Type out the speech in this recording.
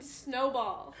snowball